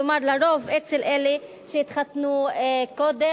כלומר, לרוב אצל אלה שהתחתנו מוקדם.